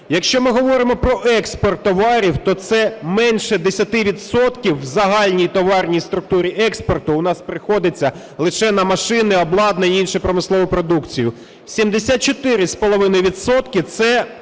Якщо ми говоримо про експорт товарів, то це менше 10 відсотків в загальній товарній структурі експорту у нас приходиться лише на машини, обладнання, іншу промислову продукцію. 74,5